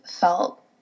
felt